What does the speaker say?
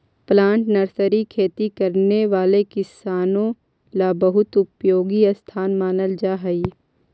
plant nursery खेती करने वाले किसानों ला बहुत उपयोगी स्थान मानल जा हई